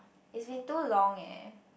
it's been too long eh